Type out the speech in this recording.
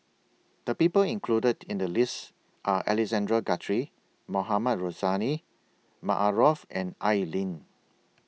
The People included in The list Are Alexander Guthrie Mohamed Rozani Maarof and Al Lim